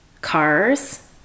cars